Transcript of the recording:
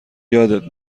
یادت